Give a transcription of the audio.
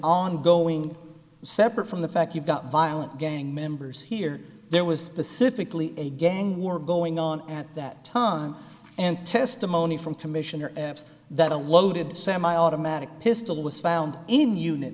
ongoing separate from the fact you've got violent gang members here there was specifically a gang war going on at that time and testimony from commissioner apps that a loaded semi automatic pistol was found in unit